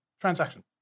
transaction